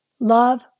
Love